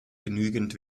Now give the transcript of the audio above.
genügend